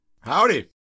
Howdy